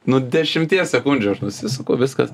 nu dešimties sekundžių aš nusisuku viskas